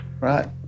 right